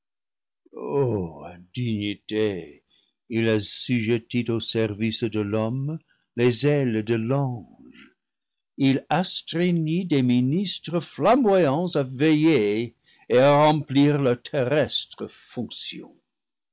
indignité il assujettit au service de l'homme les ailes de l'ange il astreignit des ministres flamboyants à veiller et à remplir leur terrestre fonction